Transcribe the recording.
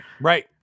Right